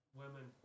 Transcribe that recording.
women